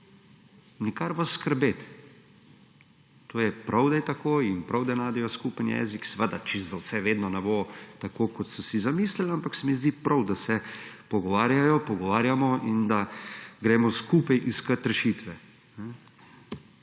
Nikar skrbeti, to je prav, da je tako, in prav, da najdejo skupen jezik. Seveda, čisto za vse vedno ne bo tako, kot so si zamislili, ampak se mi zdi prav, da se pogovarjajo, pogovarjamo in da gremo skupaj iskati rešitve.